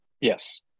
Yes